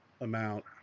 amount